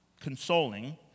consoling